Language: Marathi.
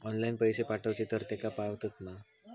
ऑनलाइन पैसे पाठवचे तर तेका पावतत मा?